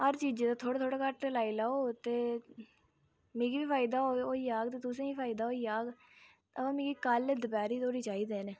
हर चीज़ा दा थोह्ड़े थोह्ड़े घट्ट लाई लाओ ते मिगी बी फायदा होई जाह्ग ते तुसें गी फायदा होई जाह्ग अवा मिगी कल दपैह्री धोड़ी चाहिदे न